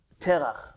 Terach